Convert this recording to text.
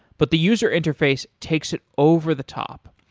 but the user interface takes it over the top.